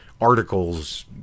articles